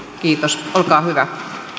kiitos olkaa hyvä